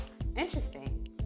Interesting